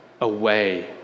away